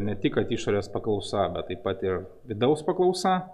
ne tik kad išorės paklausa bet taip pat ir vidaus paklausa